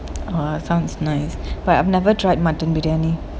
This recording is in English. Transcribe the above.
!wah! sounds nice but I've never tried mutton biryani